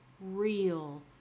real